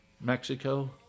Mexico